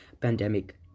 pandemic